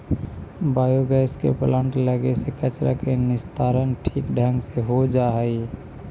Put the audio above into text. biogas के plant लगे से कचरा के निस्तारण ठीक ढंग से हो जा हई